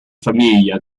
famiglia